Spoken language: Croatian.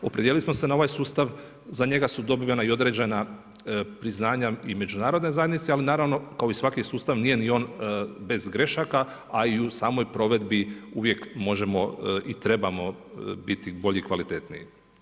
Opredijelili smo se na ovaj sustav, za njega su dobivena i određena priznanja i međunarodne zajednice, ali naravno, kao i svaki sustav, nije ni on bez grešaka, a i u samoj provedbi uvijek možemo i trebamo biti bolji i kvalitetniji.